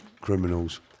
criminals